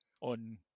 on